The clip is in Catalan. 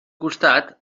costat